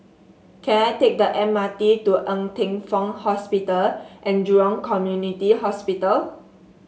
can I take the M R T to Ng Teng Fong Hospital and Jurong Community Hospital